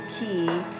Key